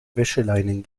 wäscheleinen